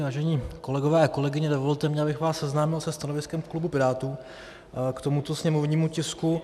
Vážení kolegové a kolegyně, dovolte mi, abych vás seznámil se stanoviskem klubu Pirátů k tomuto sněmovnímu tisku.